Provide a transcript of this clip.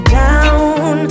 down